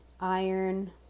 iron